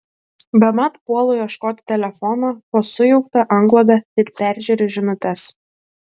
bemat puolu ieškoti telefono po sujaukta antklode ir peržiūriu žinutes